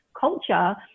culture